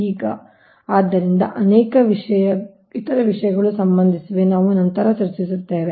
ಈಗ ಆದ್ದರಿಂದ ಅನೇಕ ಇತರ ವಿಷಯಗಳು ಸಂಬಂಧಿಸಿವೆ ನಾವು ನಂತರ ಚರ್ಚಿಸುತ್ತೇವೆ